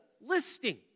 listing